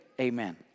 amen